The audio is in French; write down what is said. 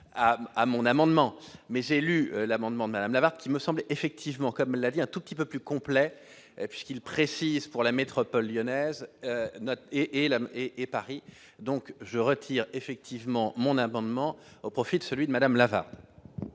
à mon amendement, mais j'ai lu l'amendement Madame qui me semblent effectivement comme l'a dit un tout petit peu plus complet puisqu'il précise pour la métropole lyonnaise note et et la et et Paris donc je retire effectivement mon abonnement au profit de celui de Madame.